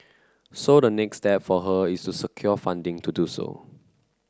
so the next step for her is to secure funding to do so